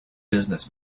business